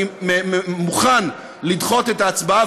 אני מוכן לדחות את ההצבעה,